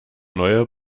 neue